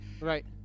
Right